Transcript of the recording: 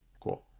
Cool